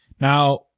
Now